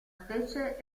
specie